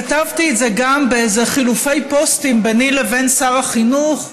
כתבתי את זה גם באיזה חילופי פוסטים ביני לבין שר החינוך,